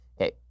Okay